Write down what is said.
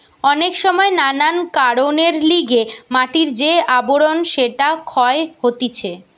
অনেক সময় নানান কারণের লিগে মাটির যে আবরণ সেটা ক্ষয় হতিছে